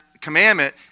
commandment